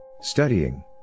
Studying